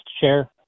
chair